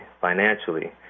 financially